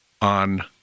on